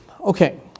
Okay